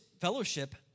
fellowship